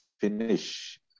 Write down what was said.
finish